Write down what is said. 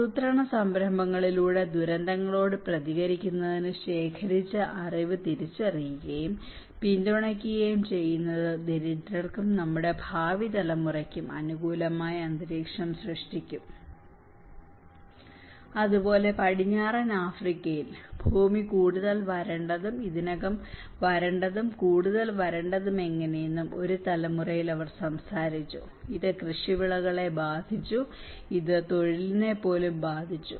ആസൂത്രണ സംരംഭങ്ങളിലൂടെ ദുരന്തങ്ങളോട് പ്രതികരിക്കുന്നതിന് ശേഖരിച്ച അറിവ് തിരിച്ചറിയുകയും പിന്തുണയ്ക്കുകയും ചെയ്യുന്നത് ദരിദ്രർക്കും നമ്മുടെ ഭാവി തലമുറയ്ക്കും അനുകൂലമായ അന്തരീക്ഷം സൃഷ്ടിക്കും അതുപോലെ പടിഞ്ഞാറൻ ആഫ്രിക്കയിൽ ഭൂമി കൂടുതൽ വരണ്ടതും ഇതിനകം വരണ്ടതും കൂടുതൽ വരണ്ടതും എങ്ങനെയെന്നും ഒരു തലമുറയിൽ അവർ സംസാരിച്ചു ഇത് കൃഷിവിളയെ ബാധിച്ചു ഇത് തൊഴിലിനെപ്പോലും ബാധിച്ചു